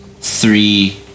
three